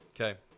Okay